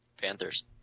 Panthers